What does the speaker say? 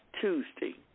Tuesday